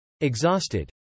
exhausted